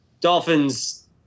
Dolphins